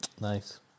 Nice